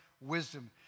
wisdom